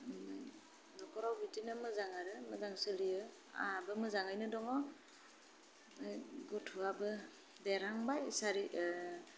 नखराव बिदिनो मोजां आरो मोजां सोलियो आंहाबो मोजाङैनो दङ गथ'आबो देरहांबाय सारि